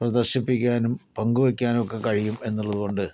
പ്രദർശിപ്പിക്കാനും പങ്കുവെക്കാനൊക്കെ കഴിയും എന്നുള്ളതുകൊണ്ട്